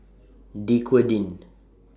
Dequadin